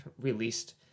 released